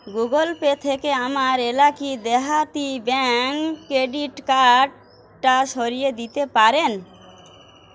Google Pay থেকে আমার এলাকি দেহাতি ব্যাঙ্ক ক্রেডিট কার্ডটা সরিয়ে দিতে পারেন